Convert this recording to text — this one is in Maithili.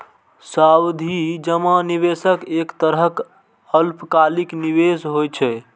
सावधि जमा निवेशक एक तरहक अल्पकालिक निवेश होइ छै